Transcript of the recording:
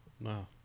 Wow